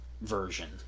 version